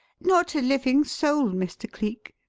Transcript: not a living soul, mr. cleek.